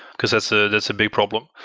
because that's ah that's a big problem.